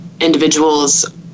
individuals